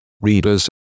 readers